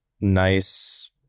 nice